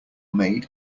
made